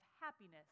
happiness